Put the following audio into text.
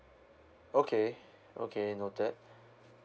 okay okay noted